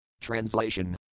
Translation